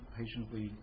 patiently